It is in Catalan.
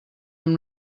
amb